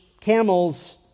camels